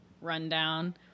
rundown